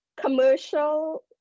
commercial